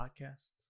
podcasts